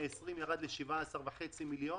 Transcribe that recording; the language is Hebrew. ומ-20 מיליון שקל זה ירד ל-17.5 מיליון